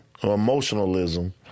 emotionalism